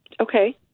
okay